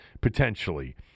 potentially